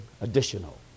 additional